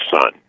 son